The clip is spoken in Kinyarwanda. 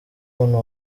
muntu